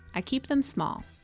i keep them small.